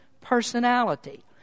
personality